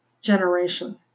generation